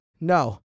no